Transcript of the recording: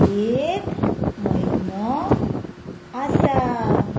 एक म्हयनो आसा